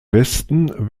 westen